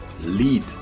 Lead